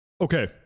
Okay